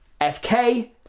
FK